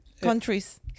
countries